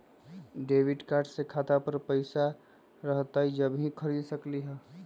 Debit card से खाता पर पैसा रहतई जब ही खरीद सकली ह?